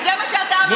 זה לא ראוי.